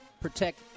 protect